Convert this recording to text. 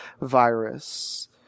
virus